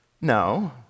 no